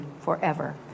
forever